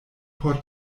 por